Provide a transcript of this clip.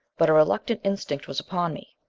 but a reluctant instinct was upon me.